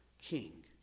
king